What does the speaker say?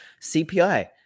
CPI